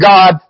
God